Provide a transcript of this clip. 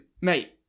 mate